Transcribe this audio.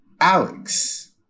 Alex